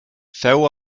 féu